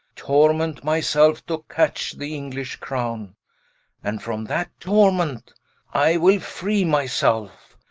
torment my selfe, to catch the english crowne and from that torment i will free my selfe,